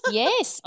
yes